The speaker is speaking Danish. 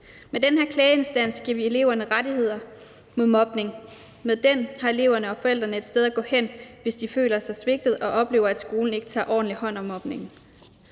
Med den her klageinstans giver vi eleverne rettigheder i forbindelse med mobning. Med den har eleverne og forældrene et sted at gå hen, hvis de føler sig svigtet og oplever, at skolen ikke tager ordentligt hånd om mobningen.